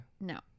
no